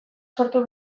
sortu